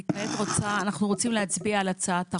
אנחנו רוצים להצביע על הצעת החוק.